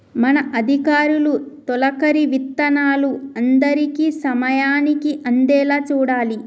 మన అధికారులు తొలకరి విత్తనాలు అందరికీ సమయానికి అందేలా చూడాలి